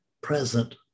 present